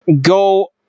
Go